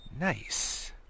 Nice